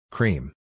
Cream